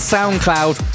SoundCloud